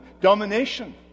domination